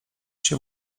się